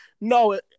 no